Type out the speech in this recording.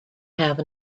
have